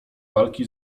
walki